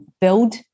build